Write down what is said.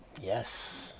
Yes